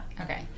Okay